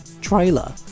trailer